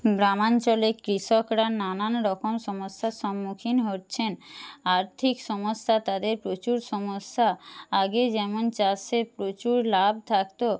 গ্রামাঞ্চলে কৃষকরা নানান রকম সমস্যার সম্মুখীন হচ্ছেন আর্থিক সমস্যা তাদের প্রচুর সমস্যা আগে যেমন চাষে প্রচুর লাভ থাকত